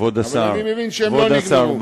אבל אני מבין שהן לא נגמרו.